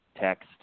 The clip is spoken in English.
Text